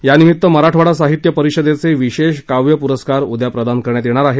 यानिमित्त मराठवाडा साहित्य परिषदेचे विशेष काव्य प्रस्कार उद्या प्रदान करण्यात येणार आहेत